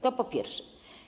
To po pierwsze.